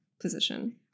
position